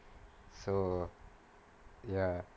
so ya